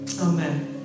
Amen